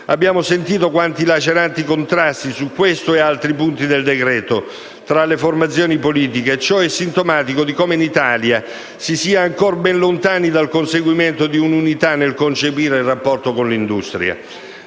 Abbiamo sentito quanti laceranti contrasti su questo e altri punti del decreto vi sono stati tra le formazioni politiche e ciò è sintomatico di come in Italia si sia ancora ben lontani dal conseguimento di un'unità nel concepire il rapporto con l'industria.